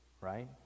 Right